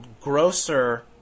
grosser